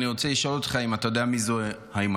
אני רוצה לשאול אותך אם אתה יודע מי זאת היימנוט?